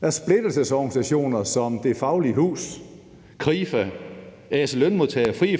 Når splittelsesorganisationer som Det Faglige Hus, Krifa, Ase Lønmodtager, Frie ,